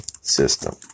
system